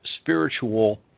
spiritual